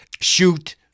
shoot